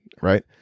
right